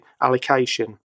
allocation